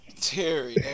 Terry